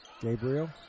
Gabriel